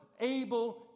able